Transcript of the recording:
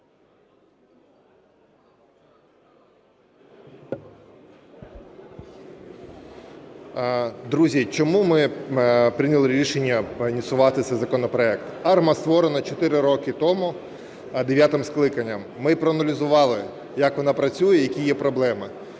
Друзі, чому ми прийняли рішення ініціювати цей законопроект. АРМА створена 4 роки тому дев'ятим скликанням. Ми проаналізували, як вона працює, які є проблеми.